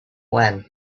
when